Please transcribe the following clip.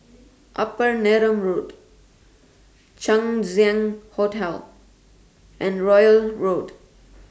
Upper Neram Road Chang Ziang Hotel and Royal Road